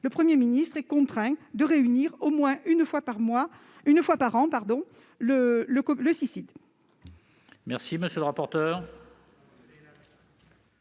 le Premier ministre est contraint de le réunir au moins une fois par an. Quel